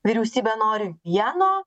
vyriausybė nori vieno